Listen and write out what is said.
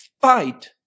fight